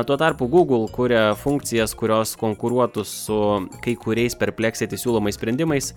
tuo tarpu google kuria funkcijas kurios konkuruotų su kai kuriais perpleksiti siūlomais sprendimais